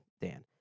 Dan